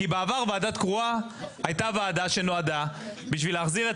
כי בעבר ועדה קרואה הייתה ועדה שנועדה בשביל להחזיר את